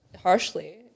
harshly